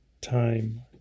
Time